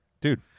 dude